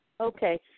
Okay